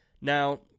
Now